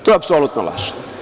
To je apsolutna laž.